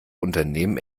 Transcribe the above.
unternehmen